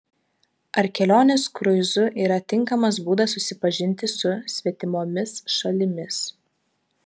ar kelionės kruizu yra tinkamas būdas susipažinti su svetimomis šalimis